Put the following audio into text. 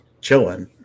chilling